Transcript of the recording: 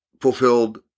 fulfilled